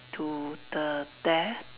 to the death